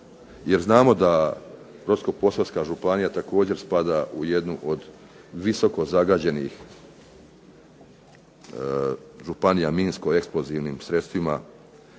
jer znamo da Brodsko-posavska županija također spada u jednu od visoko zagađenih županija minsko-eksplozivnim sredstvima,